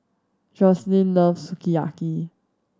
Joslyn loves Sukiyaki